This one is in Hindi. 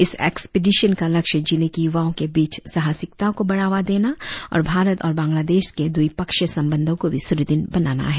इस एक्सपीडिशन का लक्ष्य जिले के युवाओं के बीच साहसिकता को बढ़ावा देना और भारत और बांग्लादेश के द्विपक्षीय संबंधो को भी सुदृंढ़ बनाना है